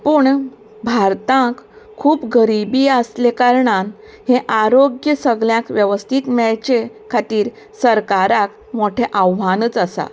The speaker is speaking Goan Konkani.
पूण भारताक खूब गरिबी आसलें कारणाक हें आरोग्य सगळ्यांक वेवस्थीत मेळचें खातीर सरकाराक मोठे आव्हानूच आसा